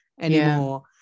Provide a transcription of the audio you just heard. anymore